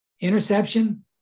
Interception